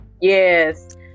yes